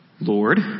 Lord